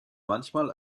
manchmal